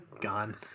Gone